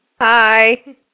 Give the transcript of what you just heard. Hi